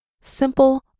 Simple